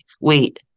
Wait